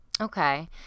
Okay